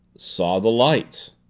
saw the lights.